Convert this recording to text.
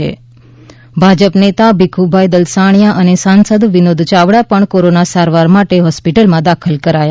ઃ ભાજપ નેતા ભીખુભાઈ દલસાણીયા અને સાંસદ વિનોદ ચાવડા પણ કોરોના સારવાર માટે હોસ્પિટલમાં દાખલ કરાયા